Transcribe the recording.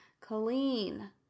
clean